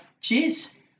Cheers